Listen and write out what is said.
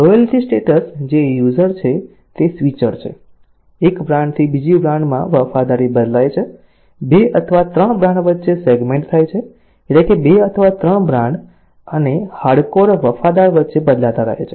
loyalty status જે user છે તે સ્વિચર છે એક બ્રાન્ડથી બીજી બ્રાન્ડમાં વફાદારી બદલાય છે 2 અથવા 3 બ્રાન્ડ વચ્ચે સેગ્મેન્ટ થાય છે એટલે કે 2 અથવા 3 બ્રાન્ડ અને હાર્ડ કોર વફાદાર વચ્ચે બદલાતા રહે છે